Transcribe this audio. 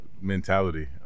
mentality